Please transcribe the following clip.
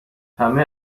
همه